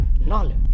knowledge